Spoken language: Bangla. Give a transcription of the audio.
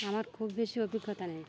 আমার খুব বেশি অভিজ্ঞতা নেই